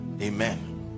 amen